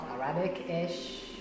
arabic-ish